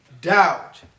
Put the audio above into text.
doubt